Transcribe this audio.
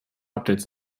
updates